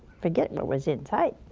forget what was inside.